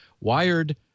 Wired